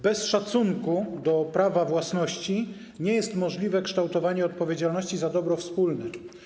Bez szacunku do prawa własności nie jest możliwe kształtowanie odpowiedzialności za dobro wspólne.